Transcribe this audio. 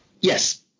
yes